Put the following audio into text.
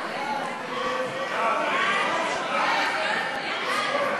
סעיפים 1 2 נתקבלו.